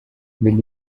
will